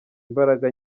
imbaraga